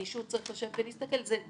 מישהו צריך לשבת ולהסתכל על זה.